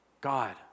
God